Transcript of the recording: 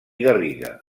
garriga